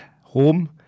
home